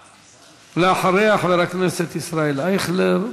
ואחריה, חבר הכנסת ישראל אייכלר,